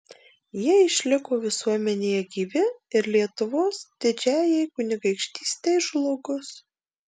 jie išliko visuomenėje gyvi ir lietuvos didžiajai kunigaikštystei žlugus